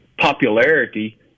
popularity